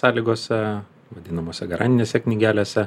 sąlygose vadinamose garantinėse knygelėse